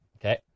Okay